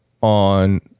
on